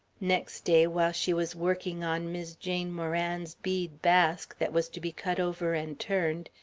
next day, while she was working on mis' jane moran's bead basque that was to be cut over and turned,